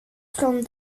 från